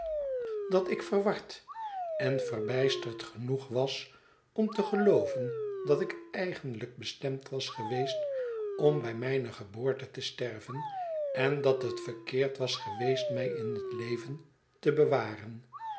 dat ik verward en verbijsterd genoeg was om te gelooven dat ik eigenlijk bestemd was geweest om bij mijne geboorte te sterven en dat het verkeerd was geweest mij in het leven te bewaren